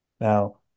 Now